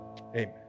Amen